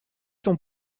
ton